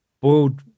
boiled